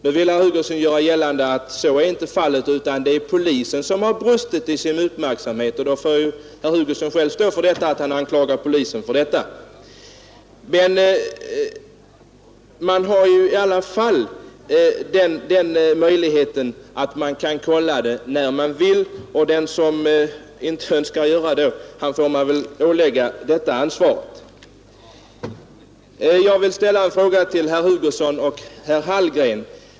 Nu vill herr Hugosson göra gällande att så inte är fallet utan att det är polisen som har brustit i sin uppmärksamhet. Då får herr Hugosson själv stå för att han anklagar polisen för detta. Men man har i alla fall den möjligheten att kolla när man vill, och den som inte önskar göra det får väl åläggas detta ansvar. Jag vill ställa en fråga till herr Hugosson och herr Hallgren.